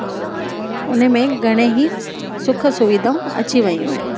हुन में घणेई सुखु सुविधाऊं अची वेयूं आहिनि